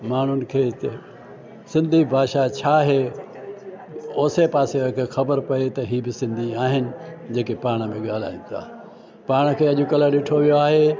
माण्हुनि खे सिंधी भाषा छा आहे आसे पासे खे ख़बर पए त इहे बि सिंधी आहिनि जेके पाण में ॻाल्हाइनि था पाण खे अॼकल्ह ॾिठो वियो आहे